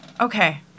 Okay